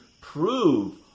prove